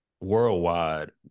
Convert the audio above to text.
worldwide